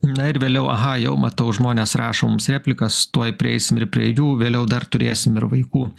na ir vėliau aha jau matau žmonės rašo mums replikas tuoj prieisim ir prie jų vėliau dar turėsim ir vaikų